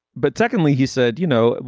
but secondly, he said, you know,